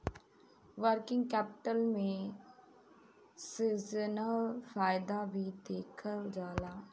working capital में seasonal फायदा भी देखल जाला